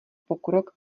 pokrok